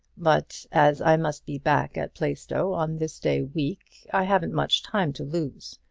but as i must be back at plaistow on this day week, i haven't much time to lose.